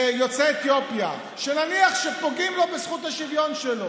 יוצא אתיופיה שנניח פוגעים לו בזכות השוויון שלו,